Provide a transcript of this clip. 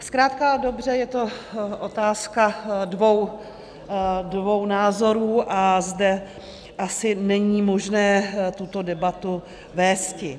Zkrátka a dobře, je to otázka dvou názorů a zde asi není možné tuto debatu vésti.